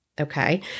Okay